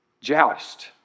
joust